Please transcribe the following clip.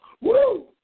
Woo